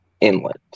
inlet